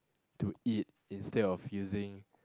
to eat instead of using